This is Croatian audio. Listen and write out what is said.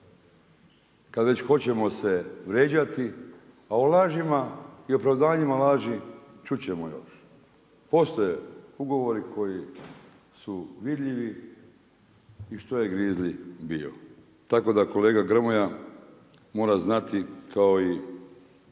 se već hoćemo vrijeđati. A o lažima i opravdanjima laži čut ćemo još. Postoje ugovori koji su vidljivi i što je grizli bio, tako da kolega Grmoja mora znati kao i